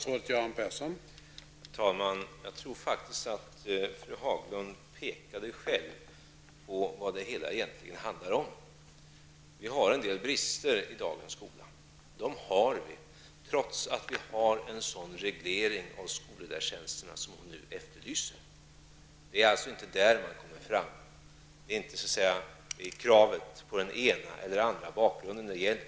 Herr talman! Jag tror att fru Haglund själv pekade på vad det egentligen handlar om. Vi har en del brister i dagens skola trots att vi har den reglering av skolledartjänsterna som fru Haglund efterlyser. Det är alltså inte kravet på den ena eller andra bakgrunden det gäller.